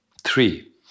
Three